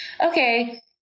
Okay